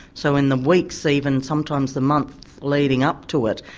so in the weeks, even sometimes the months leading up to it,